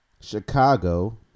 Chicago